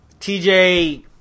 TJ